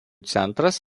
centras